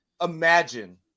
imagine